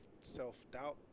self-doubt